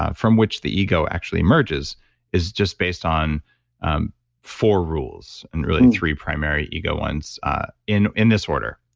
from which the ego actually emerges is just based on um four rules and really three primary ego ones in in this order.